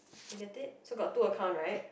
you get it so got two account right